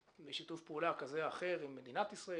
בשיתוף פעולה כזה או אחר עם מדינת ישראל,